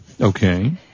Okay